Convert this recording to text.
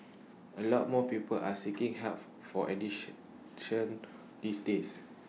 A lot more people are seeking help for these days